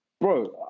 bro